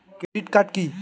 Credit card কি?